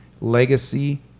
legacy